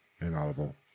inaudible